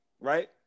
right